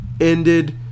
Ended